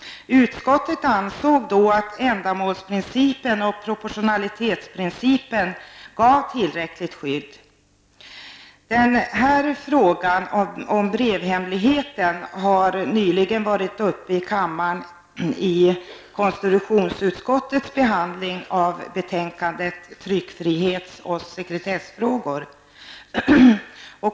Utskottet ansåg då att ändamålsprincipen och proportionalitetsprincipen gav tillräckligt skydd. Frågan om brevhemligheten har nyligen varit uppe i kammaren efter konstitutionsutskottets behandling av tryckfrihetsoch sekretessfrågor.